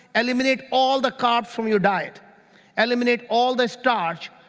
eliminate all the carbs from your diet eliminate all the starch,